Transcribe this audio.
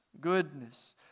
goodness